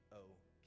okay